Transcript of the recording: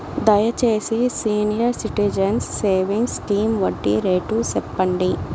దయచేసి senior citizens savings scheme వడ్డీ rate సెప్పండి